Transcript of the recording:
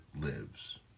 lives